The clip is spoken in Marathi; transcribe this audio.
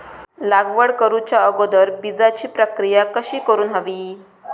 लागवड करूच्या अगोदर बिजाची प्रकिया कशी करून हवी?